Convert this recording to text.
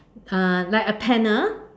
uh like a panel